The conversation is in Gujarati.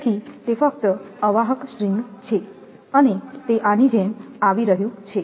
તેથી તે ફક્ત અવાહક સ્ટ્રિંગ છે અને તે આની જેમ આવી રહ્યું છે